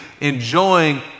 enjoying